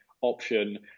option